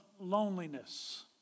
loneliness